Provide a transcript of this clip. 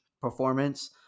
performance